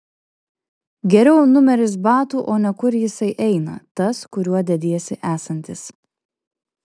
geriau numeris batų o ne kur jisai eina tas kuriuo dediesi esantis